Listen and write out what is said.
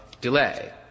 delay